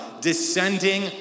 descending